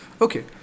Okay